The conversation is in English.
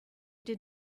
did